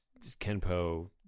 Kenpo